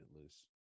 loose